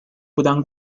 不丹